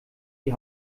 die